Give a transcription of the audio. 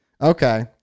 Okay